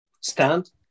stand